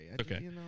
Okay